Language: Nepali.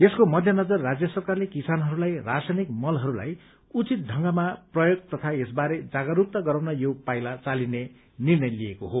यसको मध्य नजर राज्य सरकारले किसानहरूलाई रासायनिक मलहरूलाई उचित ढंगमा प्रयोग तथा यस बारे जागरूकता गराउन यो पाइला चालिने निर्णय लिएको छ